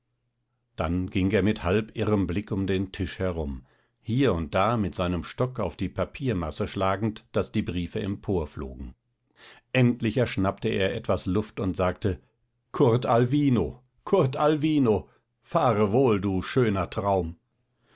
dann ging er mit halbirrem blick um den tisch herum hier und da mit seinem stock auf die papiermasse schlagend daß die briefe emporflogen endlich erschnappte er etwas luft und sagte kurtalwino kurtalwino fahre wohl du schöner traum